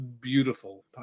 beautiful